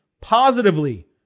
positively